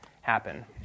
happen